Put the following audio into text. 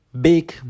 big